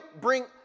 bring